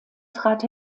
trat